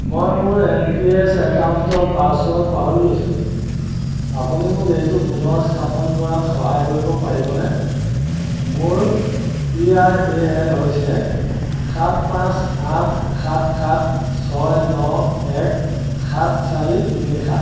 মই মোৰ N P S একাউণ্টৰ পাছৱৰ্ড পাহৰি গৈছিলোঁ আপুনি মোক এইটো পুনৰ স্থাপন কৰাত সহায় কৰিব পাৰিবনে মোৰ পি আৰ এ এন হৈছে সাত পাঁচ আঠ সাত সাত ছয় ন এক সাত চাৰি তিনি সাত